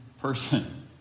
person